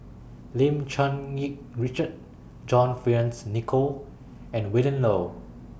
Lim Cherng Yih Richard John Fearns Nicoll and Willin Low